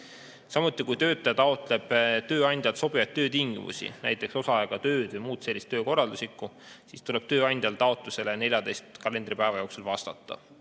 tööd. Kui töötaja taotleb tööandjalt sobivamaid töötingimusi, näiteks osaajaga tööd või muud sellist töökorralduslikku [muudatust], siis tuleb tööandjal taotlusele 14 kalendripäeva jooksul vastata.